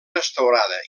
restaurada